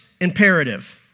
imperative